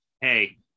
hey